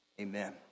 Amen